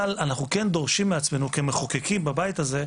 אבל אנחנו כן דורשים מעצמנו כמחוקקים בבית הזה,